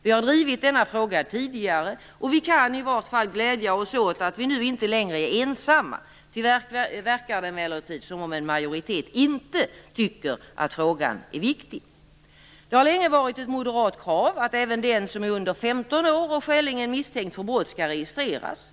Vi har drivit denna fråga tidigare, och vi kan i alla fall glädja oss åt att vi nu inte längre är ensamma. Tyvärr verkar det emellertid som om en majoritet inte tycker att frågan är viktig. Det har länge varit ett moderat krav att även den som är under 15 år och skäligen misstänkt för brott skall registreras.